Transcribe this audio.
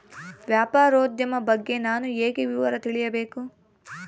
ವ್ಯಾಪಾರೋದ್ಯಮ ಬಗ್ಗೆ ನಾನು ಹೇಗೆ ವಿವರ ತಿಳಿಯಬೇಕು?